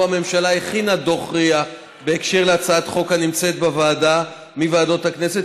הממשלה הכינה דוח RIA בהקשר להצעת חוק שהנמצאת בוועדה מוועדות הכנסת,